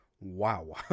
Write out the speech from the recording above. wow